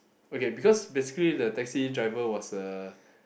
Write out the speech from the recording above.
okay because basically the taxi driver was a